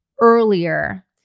earlier